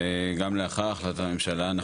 וגם לאחר החלטת הממשלה,